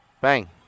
Bang